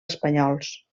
espanyols